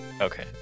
Okay